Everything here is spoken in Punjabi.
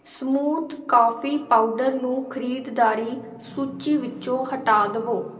ਸਮੂਥ ਕਾਫੀ ਪਾਊਡਰ ਨੂੰ ਖਰੀਦਦਾਰੀ ਸੂਚੀ ਵਿੱਚੋਂ ਹਟਾ ਦਵੋ